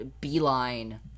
beeline